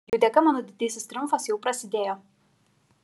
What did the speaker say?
jų dėka mano didysis triumfas jau prasidėjo